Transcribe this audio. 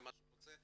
למה שהוא רוצה,